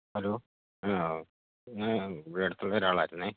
hello ഇവിടെ അടുത്തുള്ള ഓരാളായിരുന്നു